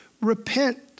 Repent